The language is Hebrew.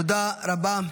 תודה רבה.